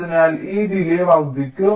അതിനാൽ ഈ ഡിലേയ് വർദ്ധിക്കും